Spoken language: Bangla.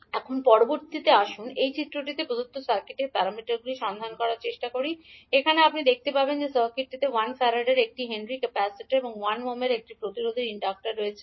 এখন পরবর্তী আসুন এই চিত্রটিতে প্রদত্ত সার্কিটের z প্যারামিটারগুলি সন্ধান করার চেষ্টা করি এখানে আপনি দেখতে পাবেন যে সার্কিটটিতে 1 ফ্যারাডের একটি হেনরি ক্যাপাসিটার এবং 1 ওহমের একটি প্রতিরোধের ইন্ডাক্টর রয়েছে